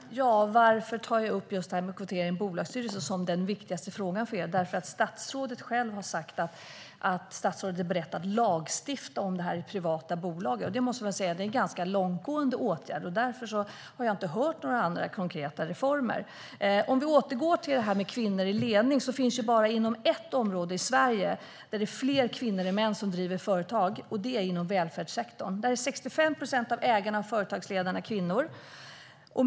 Fru ålderspresident! Varför tar jag upp kvotering i bolagsstyrelser som den viktigaste frågan för er? Jo, därför att statsrådet själv har sagt att hon är beredd att lagstifta om kvotering i privata bolag. Det är en långtgående åtgärd. Jag har inte hört något om andra konkreta reformer. Låt oss återgå till frågan om kvinnor i ledning. Det finns bara ett område i Sverige där fler kvinnor än män driver företag, nämligen inom välfärdssektorn. Där är 65 procent av ägarna och företagsledarna kvinnor.